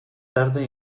tarde